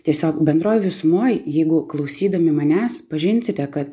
tiesiog bendroj visumoj jeigu klausydami manęs pažinsite kad